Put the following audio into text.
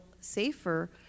safer